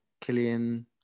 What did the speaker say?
Killian